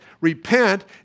Repent